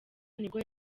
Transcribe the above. nibwo